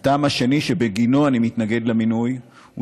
הטעם השני שבגינו אני מתנגד למינוי הוא